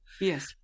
Yes